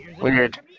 Weird